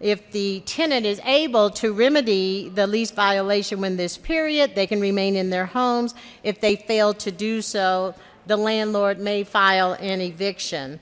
if the tenant is able to remedy the lease violation when this period they can remain in their homes if they fail to do so the landlord may file an eviction